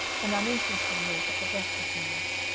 an uninteresting walk at the best of times.